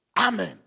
Amen